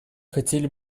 хотели